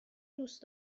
دوست